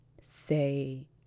say